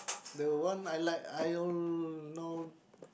the one I like I don't know